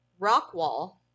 Rockwall